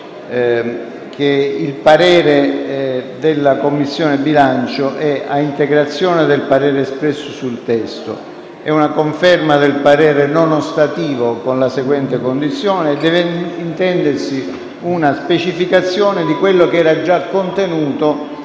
che il parere della Commissione bilancio è una integrazione del parere stesso sul testo ed è una conferma del parere non ostativo con la seguente condizione e cioè che deve intendersi una specificazione di quello che era già contenuto